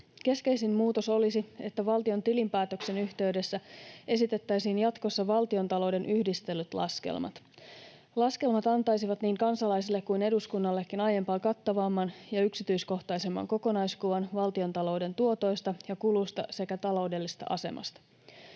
Keskeisin muutos olisi, että valtion tilinpäätöksen yhteydessä esitettäisiin jatkossa valtiontalouden yhdistellyt laskelmat. Laskelmat antaisivat niin kansalaisille kuin eduskunnallekin aiempaa kattavamman ja yksityiskohtaisemman kokonaiskuvan valtiontalouden tuotoista ja kuluista sekä taloudellisesta asemasta.